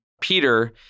Peter